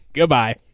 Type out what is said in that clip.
Goodbye